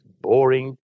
boring